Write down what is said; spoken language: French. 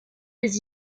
des